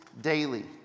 daily